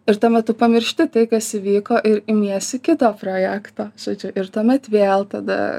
ir tuo metu pamiršti tai kas įvyko ir imiesi kito projekto žodžiu ir tuomet vėl tada